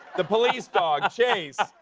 the police dog, chase.